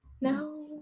no